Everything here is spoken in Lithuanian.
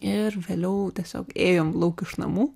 ir vėliau tiesiog ėjom lauk iš namų